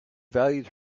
valued